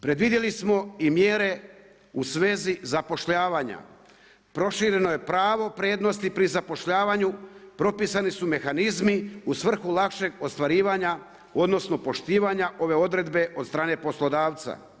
Predvidjeli smo i mjere u svezi zapošljavanja, prošireno je pravo prednosti pri zapošljavanju, propisani su mehanizmi u svrhu lakšeg ostvarivanja, odnosno poštivanja ove odredbe od strane poslodavca.